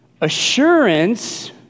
Assurance